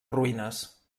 ruïnes